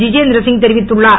திதேந்திர சிய் தெரிவித்துள்ளார்